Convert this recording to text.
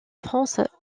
france